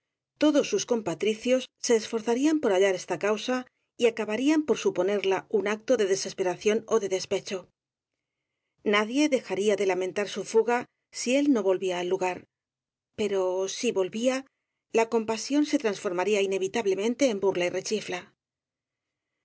todos sus compa tricios se esforzarían por hallar esta causa y acaba rían por suponerla un acto de desesperación ó de despecho nadie dejaría de lamentar su fuga si él no volvía al lugar pero si volvía la compasión se transformaría inevitablemente en burla y rechifla